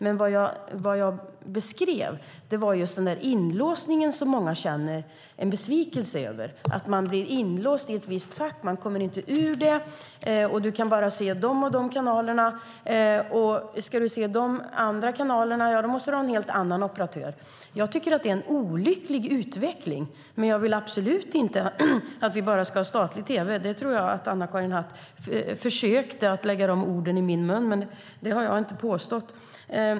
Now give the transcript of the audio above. Vad jag beskrev var den inlåsning som många känner en besvikelse över. Man blir inlåst i ett visst fack och kommer inte ur det. Man kan bara se de och de kanalerna; vill man se andra kanaler måste man ha en annan operatör. Jag tycker att det är en olycklig utveckling, men jag vill absolut inte att vi bara ska ha statlig tv. Jag tror att Anna-Karin Hatt försökte lägga de orden i min mun, men detta har jag inte påstått.